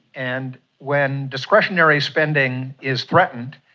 and when discretionary spending is threatened,